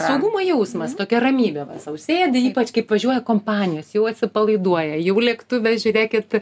saugumo jausmas tokia ramybė va sau sėdi ypač kaip važiuoja kompanijos jau atsipalaiduoja jau lėktuve žiūrėkit